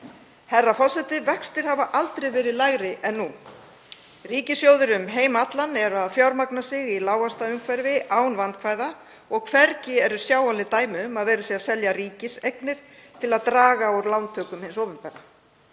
Herra forseti. Vextir hafa aldrei verið lægri en nú. Ríkissjóðir um heim allan fjármagna sig í lágvaxtaumhverfi án vandkvæða og hvergi eru sjáanleg dæmi um að verið sé að selja ríkiseignir til að draga úr lántöku hins opinbera.